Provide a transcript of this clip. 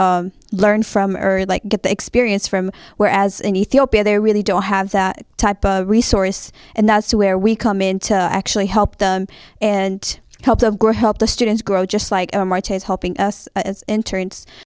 really learn from earth like get the experience from whereas in ethiopia they really don't have that type of resource and that's where we come into actually help them and help them grow help the students grow just like helping us in